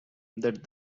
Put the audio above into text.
that